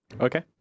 Okay